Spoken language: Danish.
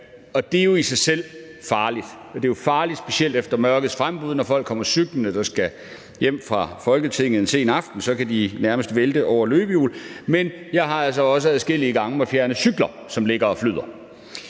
Det er i sig selv farligt, og det er jo specielt farligt efter mørkets frembrud, f.eks. kan folk, der skal hjem fra Folketinget og kommer cyklende en sen aften, nærmest vælte over løbehjul. Men jeg har altså også adskillige gange måttet fjerne cykler, som ligger og flyder.